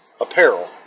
apparel